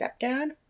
stepdad